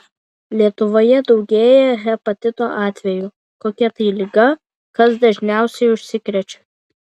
lietuvoje daugėja hepatito atvejų kokia tai liga kas dažniausiai užsikrečia